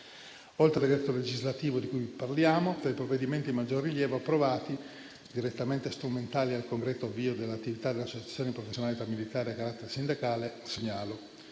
Oltre al decreto legislativo di cui parliamo, tra i provvedimenti di maggior rilievo approvati, direttamente strumentali al concreto avvio dell'attività delle associazioni professionali tra militari a carattere sindacale, segnalo: